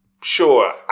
sure